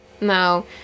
No